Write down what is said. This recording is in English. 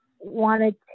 wanted